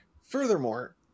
furthermore